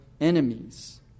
enemies